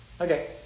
Okay